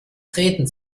treten